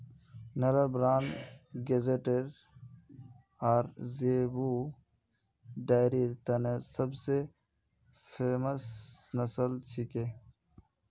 Nellore Brahman Guzerat आर zebu डेयरीर तने सब स फेमस नस्ल छिके